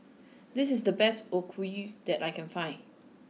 this is the best Okayu that I can find